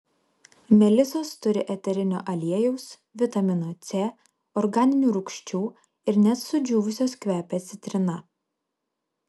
melisos turi eterinio aliejaus vitamino c organinių rūgščių ir net sudžiūvusios kvepia citrina